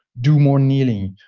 do more kneeling.